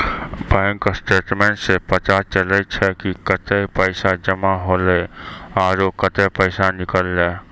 bank statements सें पता चलै छै कि कतै पैसा जमा हौले आरो कतै पैसा निकललै